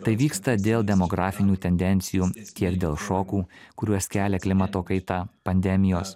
tai vyksta dėl demografinių tendencijų tiek dėl šokų kuriuos kelia klimato kaita pandemijos